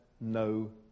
no